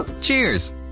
Cheers